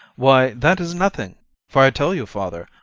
why, that is nothing for i tell you, father,